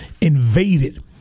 invaded